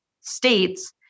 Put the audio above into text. states